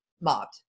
mobbed